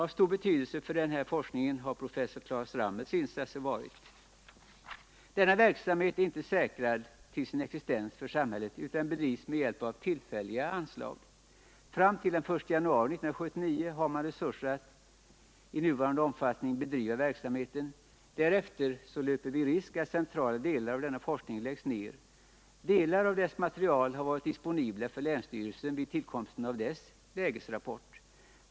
Av stor betydelse för denna forskning har professor Claes Ramels insatser varit. Denna verksamhet är inte säkrad till sin existens för samhället utan bedrivs med hjälp av tillfälliga anslag. Fram till den 1 januari 1979 har man resurser för att i nuvarande omfattning bedriva verksamheten. Därefter löper vi emelllertid risk för att centrala delar av denna forskning läggs ned. Delar av materialet har varit disponibla för länsstyrelsen vid tillkomsten av dess lägesrapport.